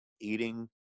eating